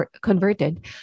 converted